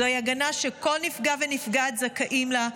זוהי הגנה שכל נפגע ונפגעת זכאים לה,